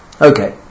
Okay